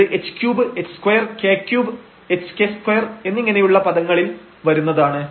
ഇത് h3 h2 k3 hk2 എന്നിങ്ങനെയുള്ള പദങ്ങളിൽ വരുന്നതാണ്